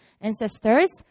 ancestors